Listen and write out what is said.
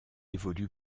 évolue